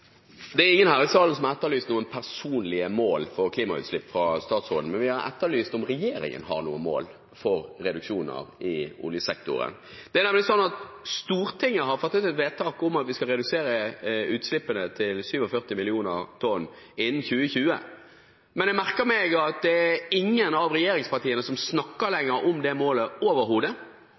Det er ingen her i salen som har etterlyst noen personlige mål for klimautslipp fra statsråden. Vi har etterlyst om regjeringen har noen mål for reduksjoner i oljesektoren. Det er nemlig sånn at Stortinget har fattet et vedtak om at vi skal redusere utslippene til 47 millioner tonn innen 2020, men jeg merker meg at det er ingen av regjeringspartiene som lenger snakker om det målet overhodet